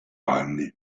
panni